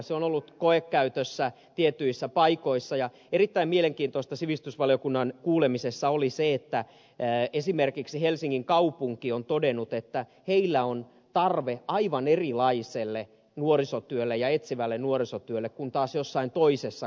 se on ollut koekäytössä tietyissä paikoissa ja erittäin mielenkiintoista sivistysvaliokunnan kuulemisessa oli se että esimerkiksi helsingin kaupunki on todennut että sillä on tarve aivan erilaiselle nuorisotyölle ja etsivälle nuorisotyölle kuin taas jossain toisessa kaupungissa